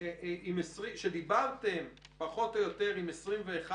זה כמובן תלוי בשבוע,